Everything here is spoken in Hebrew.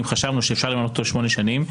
חשבנו שאפשר למנות אותו לשמונה שנים,